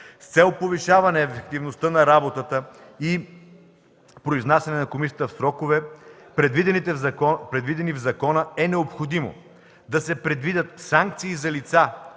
с цел повишаване ефективността в работата и произнасяне на Комисията в сроковете, предвидени в закона, е необходимо да се предвидят санкции за лица,